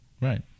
Right